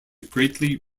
greatly